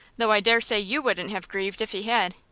though i dare say you wouldn't have grieved if he had.